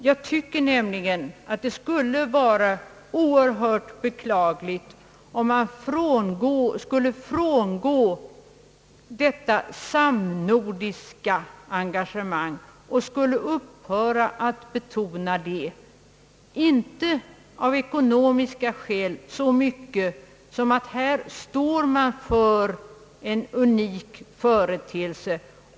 Jag tycker nämligen att det skulle vara oerhört beklagligt om man skulle frångå detta samnordiska projekt och upphöra att betona att man här står inför en unik företeelse.